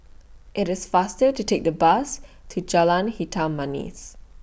IT IS faster to Take The Bus to Jalan Hitam Manis